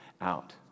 out